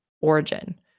origin